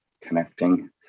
connecting